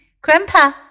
Grandpa